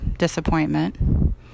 disappointment